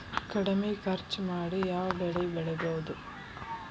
ಕಡಮಿ ಖರ್ಚ ಮಾಡಿ ಯಾವ್ ಬೆಳಿ ಬೆಳಿಬೋದ್?